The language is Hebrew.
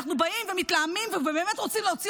ואנחנו באים ומתלהמים ובאמת רוצים להוציא